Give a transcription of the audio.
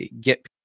get